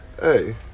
Hey